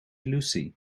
lucy